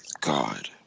god